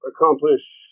accomplish